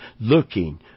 Looking